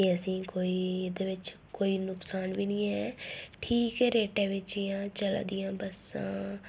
एह् असें कोई एह्दे बिच्च कोई नकसान बी नि ऐ ठीक ऐ रेटै बिच्च जां चलै दियां बस्सां